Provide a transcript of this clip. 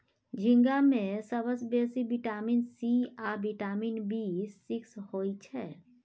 झींगा मे सबसँ बेसी बिटामिन सी आ बिटामिन बी सिक्स होइ छै